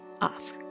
off